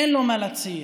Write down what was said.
אין לו מה להציע.